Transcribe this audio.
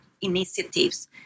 initiatives